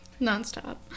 nonstop